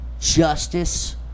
justice